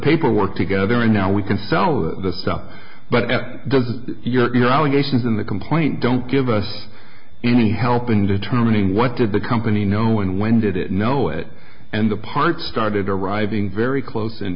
paperwork together and now we can sell the stuff but if your allegations in the complaint don't give us any help in determining what did the company know and when did it know it and the part started arriving very close in